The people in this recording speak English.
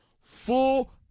full